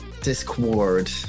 Discord